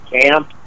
camp